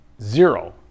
Zero